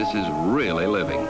this is really a living